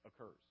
occurs